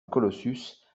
colossus